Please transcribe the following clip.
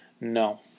No